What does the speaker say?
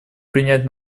принять